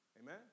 Amen